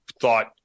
thought